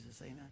amen